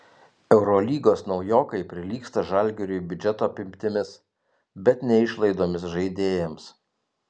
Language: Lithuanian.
eurolygos naujokai prilygsta žalgiriui biudžeto apimtimis bet ne išlaidomis žaidėjams